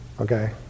Okay